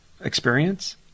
experience